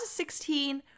2016